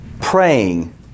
praying